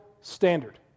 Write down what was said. standard